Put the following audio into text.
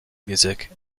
music